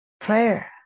Prayer